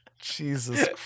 Jesus